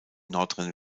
nordrhein